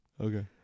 Okay